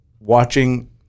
Watching